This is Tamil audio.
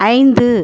ஐந்து